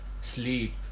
sleep